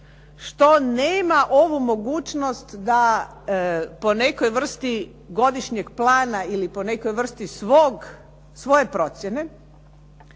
što nema ovu mogućnost da po nekoj vrsti godišnjeg plana ili po nekoj vrsti svoje procjene